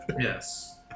Yes